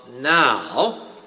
now